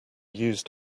used